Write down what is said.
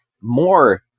more